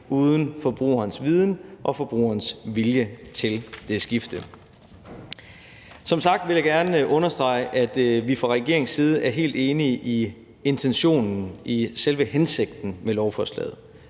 uden forbrugerens viden og forbrugerens vilje til det skifte. Som sagt vil jeg gerne understrege, at vi fra regeringens side er helt enige i intentionen, i selve hensigten, med lovforslaget: